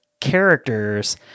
characters